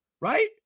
right